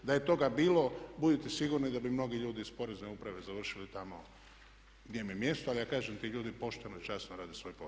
Da je toga bilo, budite sigurno da bi mnogi ljudi iz porezne uprave završili tamo gdje im je mjesto ali ja kažem ti ljudi pošteno i časno rade svoj posao.